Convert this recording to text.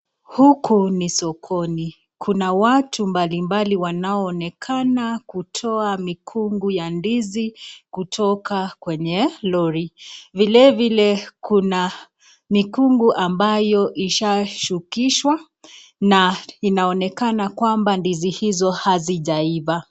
Huku ni sokoni, kuna watu mbalimbali wanaoonekana kutoa mikungu ya ndizi kutoka kwenye lori, vilevile kuna mikungu ambayo ishaashukishwa na inaonekana kwamba ndizi hizo hazijaiva.